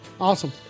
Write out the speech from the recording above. Awesome